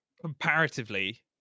comparatively